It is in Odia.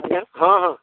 ଆଜ୍ଞା ହଁ ହଁ